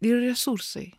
ir resursai